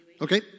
Okay